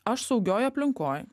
aš saugioj aplinkoj